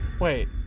Wait